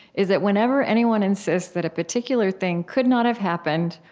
is that whenever anyone insists that a particular thing could not have happened,